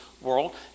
world